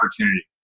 opportunity